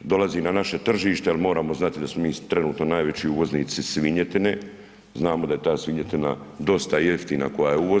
dolazi na naše tržište jel moramo znati da smo mi trenutno najveći uvoznici svinjetine, znamo da je ta svinjetina dosta jeftina koja je uvozna.